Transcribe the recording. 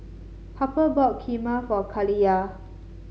Harper bought Kheema for Kaliyah